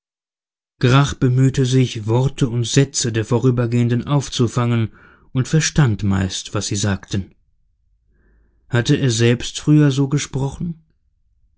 grach bemühte sich worte und sätze der vorübergehenden aufzufangen und verstand meist was sie sagten hatte er selbst früher so gesprochen